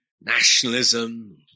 nationalism